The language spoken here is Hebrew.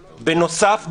בנוסף,